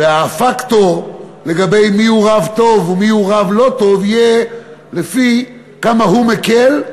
והפקטור לגבי מיהו רב טוב ומיהו רב לא טוב יהיה לפי כמה הוא מקל,